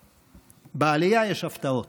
בעלייה יש הפתעות.